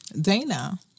Dana